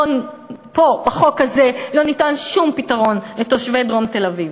פה בחוק הזה לא ניתן שום פתרון לתושבי דרום תל-אביב.